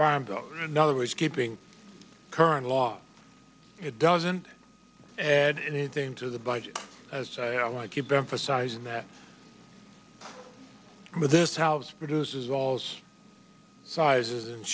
is keeping current law it doesn't add anything to the budget as i keep emphasizing that this house produces all sizes